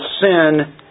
sin